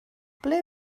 ble